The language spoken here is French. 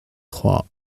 trois